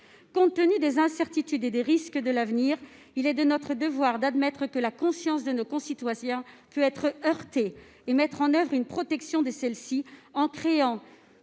Compte tenu des incertitudes et des risques pour l'avenir, il est de notre devoir d'admettre que la conscience de nos concitoyens peut être heurtée et de la protéger en créant